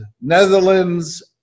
Netherlands